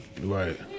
right